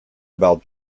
about